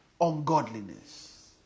Ungodliness